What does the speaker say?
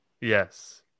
yes